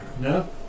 No